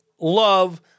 love